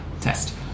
test